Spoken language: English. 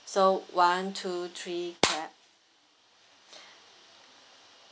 so one two three clap